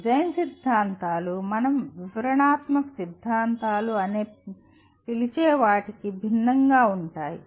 design సిద్ధాంతాలు మనం వివరణాత్మక సిద్ధాంతాలు అని పిలిచే వాటికి భిన్నంగా ఉంటాయి